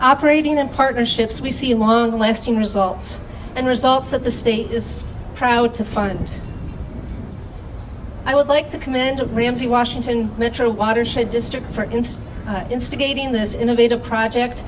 operating in partnerships we see long lasting results and results that the state is proud to fund and i would like to commend of the washington metro watershed district for inst instigating this innovative project